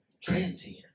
transient